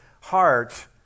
heart